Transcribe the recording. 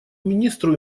министру